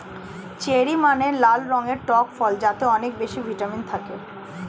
cherry মানে লাল রঙের টক ফল যাতে অনেক বেশি ভিটামিন থাকে